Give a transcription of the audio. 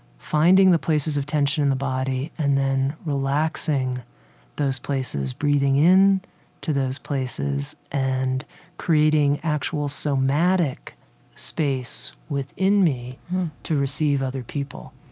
finding the places of tension in the body and then relaxing those places, breathing in to those places and creating actual somatic space within me to receive other people.